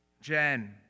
Jen